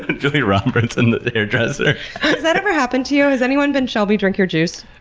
julia roberts and the hairdresser. has that ever happened to you? has anyone been shelby drink your juice?